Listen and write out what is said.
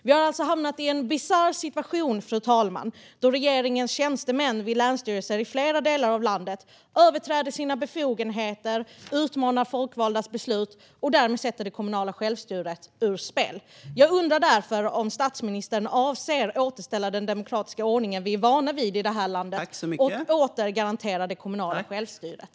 Vi har alltså hamnat i en bisarr situation, fru talman, då regeringens tjänstemän vid länsstyrelser i flera delar av landet överträder sina befogenheter, utmanar folkvaldas beslut och därmed sätter det kommunala självstyret ur spel. Jag undrar därför om statsministern avser att återställa den demokratiska ordning som vi är vana vid i det här landet och åter garantera det kommunala självstyret.